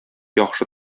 яхшы